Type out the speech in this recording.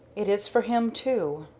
it is for him, too.